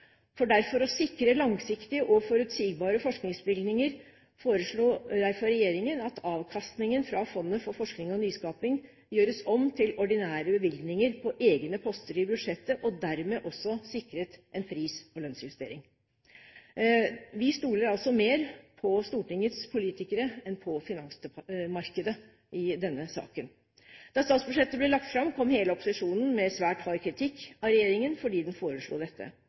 For å sikre langsiktige og forutsigbare forskningsbevilgninger foreslo derfor regjeringen at avkastningen fra Fondet for forskning og nyskaping gjøres om til ordinære bevilgninger på egne poster i budsjettet, og er dermed også sikret en pris- og lønnsjustering. Vi stoler altså mer på Stortingets politikere enn på finansmarkedet i denne saken. Da statsbudsjettet ble lagt fram, kom hele opposisjonen med svært hard kritikk av regjeringen fordi den foreslo dette.